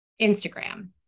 Instagram